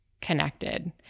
connected